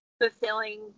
fulfilling